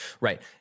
Right